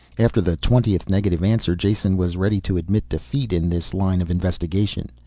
after the twentieth negative answer jason was ready to admit defeat in this line of investigation.